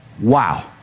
Wow